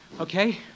Okay